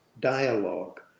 dialogue